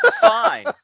Fine